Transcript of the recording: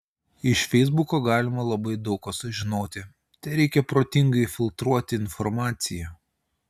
iš feisbuko galima labai daug ko sužinoti tereikia protingai filtruoti informaciją